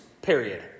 Period